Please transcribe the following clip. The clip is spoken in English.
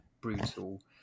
brutal